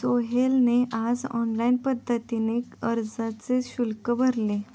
सोहेलने आज ऑनलाईन पद्धतीने अर्जाचे शुल्क भरले